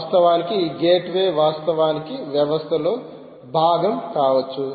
వాస్తవానికి ఈ గేట్వే వాస్తవానికి వ్యవస్థలో భాగం కావచ్చు